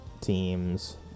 teams